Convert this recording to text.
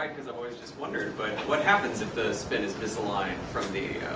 has always just wondered, but what happens if the spin is misaligned from the,